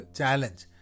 challenge